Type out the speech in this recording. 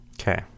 okay